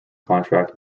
contract